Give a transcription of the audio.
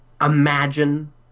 imagine